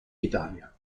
italia